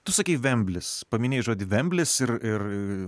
tu sakei vemblis paminėjai žodį vemblis ir ir